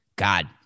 God